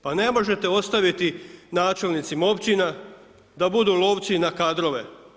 Pa ne možete ostaviti načelnicima općina da budu lovci na kadrove.